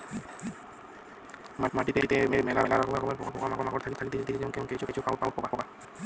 মাটিতে মেলা রকমের পোকা মাকড় থাকতিছে যেমন কেঁচো, কাটুই পোকা